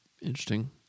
Interesting